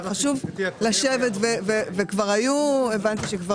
מה שחשוב לי להגיד זה שזה לא בהכרח דרך החוק